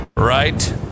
Right